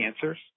cancers